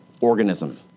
organism